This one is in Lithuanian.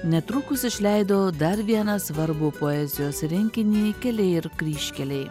netrukus išleido dar vieną svarbų poezijos rinkinį keliai ir kryžkeliai